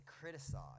criticize